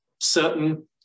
certain